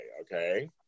Okay